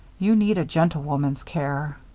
you need a gentlewoman's care.